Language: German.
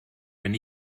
wenn